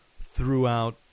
throughout